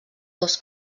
dos